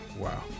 Wow